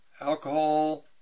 alcohol